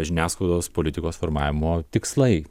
žiniasklaidos politikos formavimo tikslai